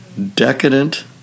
decadent